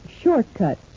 shortcut